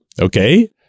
okay